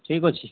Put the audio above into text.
ଠିକ୍ ଅଛି